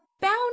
bound